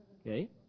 Okay